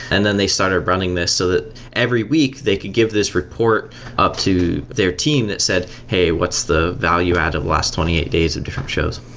and then they started running this so that every week they could give this report up to their team that said, hey, what's the value add last twenty eight days of different shows?